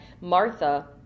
Martha